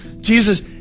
Jesus